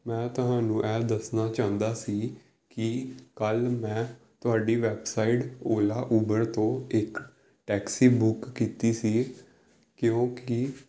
ਮੈਂ ਤੁਹਾਨੂੰ ਇਹ ਦੱਸਣਾ ਚਾਹੁੰਦਾ ਸੀ ਕੀ ਕੱਲ੍ਹ ਮੈਂ ਤੁਹਾਡੀ ਵੈੱਬਸਾਈਟ ਓਲਾ ਉਬਰ ਤੋਂ ਇਕ ਟੈਕਸੀ ਬੁੱਕ ਕੀਤੀ ਸੀ ਕਿਉਂਕਿ